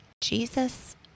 Jesus